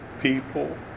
people